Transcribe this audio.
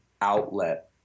outlet